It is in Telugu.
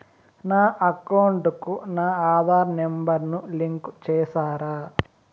నా అకౌంట్ కు నా ఆధార్ నెంబర్ ను లింకు చేసారా